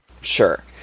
Sure